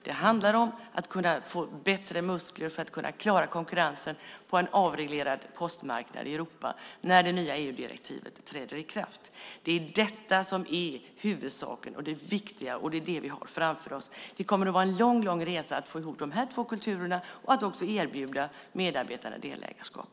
Det handlar om att kunna få bättre muskler för att kunna klara konkurrensen på en avreglerad postmarknad i Europa när det nya EU-direktivet träder i kraft. Det är detta som är huvudsaken och det viktiga, och det är det som vi har framför oss. Det kommer att vara en lång, lång resa att få ihop de här två kulturerna och att också erbjuda medarbetare delägarskap.